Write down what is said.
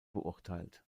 beurteilt